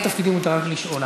מתוקף תפקידי מותר לי רק לשאול.